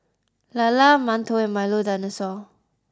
Lala mantou and Milo dinosaur